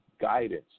guidance